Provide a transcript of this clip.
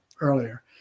earlier